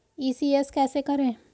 ECS कैसे करें?